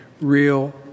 real